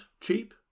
Cheap